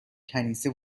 کنیسه